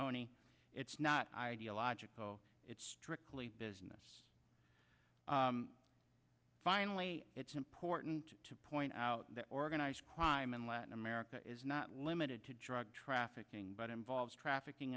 corleone it's not ideological it's strictly business finally it's important to point out that organized crime in latin america is not limited to drug trafficking but involves trafficking